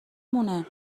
مونه